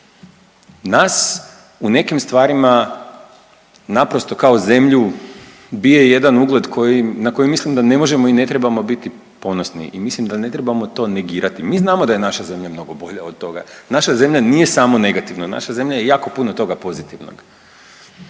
Nas u nekim stvarima naprosto kao zemlju bije jedan ugled koji, na koji mislim da ne možemo i ne trebamo biti ponosni i mislim da ne trebamo to negirati, mi znamo da je naša zemlja mnogo bolja od toga, naša zemlja nije samo negativna, naša zemlja je jako puno toga pozitivnog,